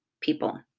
people